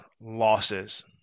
losses